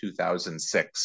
2006